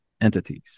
entities